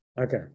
Okay